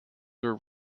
were